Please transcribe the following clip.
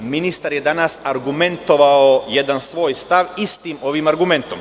Ministar je danas argumentovao jedan svoj stav istim ovim argumentom.